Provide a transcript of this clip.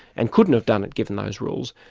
and couldn't have done it given those rules.